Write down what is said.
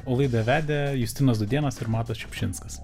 o laidą vedė justinas dūdėnas ir matas šiupšinskas